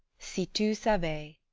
si tu savais,